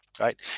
right